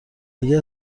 اگه